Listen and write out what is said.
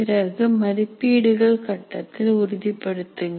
பிறகு மதிப்பீடுகள் கட்டத்தில் உறுதிப்படுத்துங்கள்